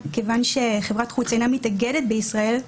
כיוון שחברת חוץ אינה מתאגדת בישראל,